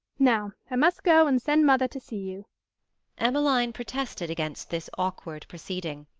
now i must go and send mother to see you emmeline protested against this awkward proceeding.